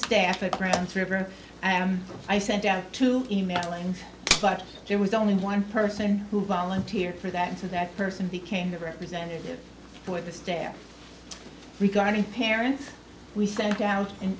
staff at ground zero and i sent out to e mailing but there was only one person who volunteered for that and so that person became the representative for the staff regarding parents we sent out an